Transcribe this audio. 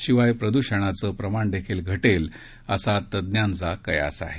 शिवाय प्रदूषणाचं प्रमाणही घटेल असा तज्ञांचा कयास आहे